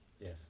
Yes